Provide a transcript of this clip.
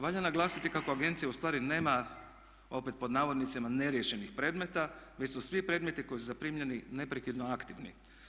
Valja naglasiti kako agencija ustvari nema opet pod navodnicima "neriješenih" predmeta već su svi predmeti koji su zaprimljeni neprekidno aktivni.